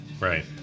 Right